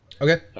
Okay